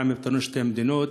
מה עם פתרון שתי המדינות?